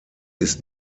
ist